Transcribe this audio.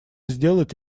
сделать